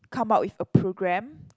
come up with a program